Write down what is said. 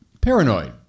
paranoid